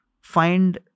find